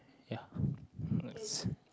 ya works